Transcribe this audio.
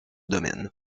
domaine